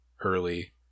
Early